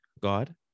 God